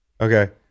Okay